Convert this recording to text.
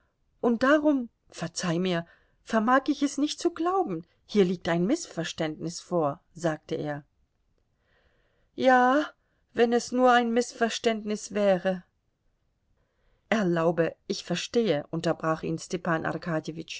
und darum verzeih mir vermag ich es nicht zu glauben hier liegt ein mißverständnis vor sagte er ja wenn es nur ein mißverständnis wäre erlaube ich verstehe unterbrach ihn stepan